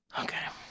Okay